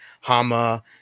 Hama